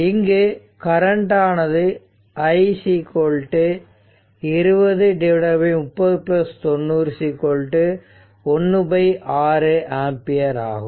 இங்கு கரண்ட் ஆனது i 203090 ⅙ ampere ஆகும்